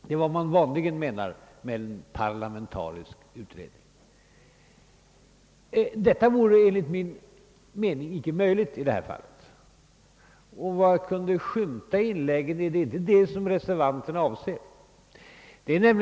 Det är vad man vanligen menar med en parlamentarisk utredning. Enligt min mening vore detta inte möjligt i detta fall. Av vad jag förstår av inläggen avser emellertid inte reservanterna detta.